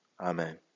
Amen